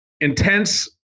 intense